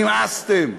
נמאסתם.